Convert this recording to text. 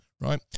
right